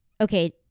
okay